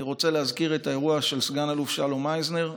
אני רוצה להזכיר את האירוע של סגן-אלוף שלום אייזנר,